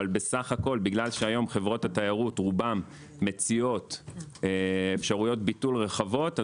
בגלל שהיום רוב חברות התיירות מציעות אפשרויות ביטול רחבות,